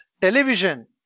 television